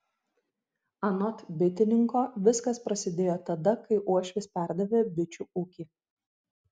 anot bitininko viskas prasidėjo tada kai uošvis perdavė bičių ūkį